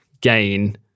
gain